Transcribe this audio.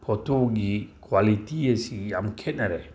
ꯐꯣꯇꯣꯒꯤ quality ꯑꯁꯤ ꯌꯥꯝ ꯈꯦꯅꯔꯦ